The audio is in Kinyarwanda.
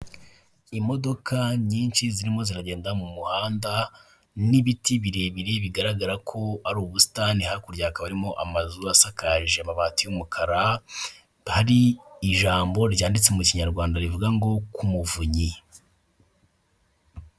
Imodoka nyinshi zirimo ziragenda mu muhanda, n’ibiti birebire bigaragara ko hari ubusitani. Hakurya, hari amazu asakaje amabati y’umukara, hari ijambo ryanditse mu Kinyarwanda rigira riti: "Ku Muvunyi."